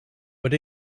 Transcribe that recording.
but